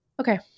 Okay